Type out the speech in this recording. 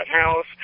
house